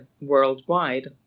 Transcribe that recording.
worldwide